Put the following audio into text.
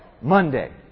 Monday